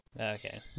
Okay